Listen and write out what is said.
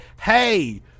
hey